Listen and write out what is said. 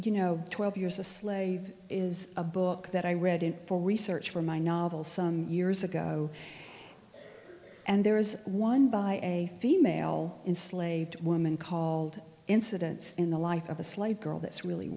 you know twelve years a slave is a book that i read in for research for my novel some years ago and there is one by a female enslaved woman called incidents in the life of a slave girl that's really